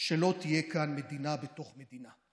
שלא תהיה כאן מדינה בתוך מדינה.